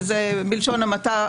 בלשון המעטה,